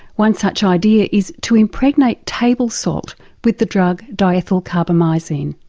one such idea is to impregnate table salt with the drug diethylcarbamizine.